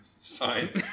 sign